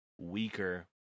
weaker